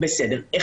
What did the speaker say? בסדר גמור.